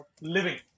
living